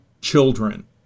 children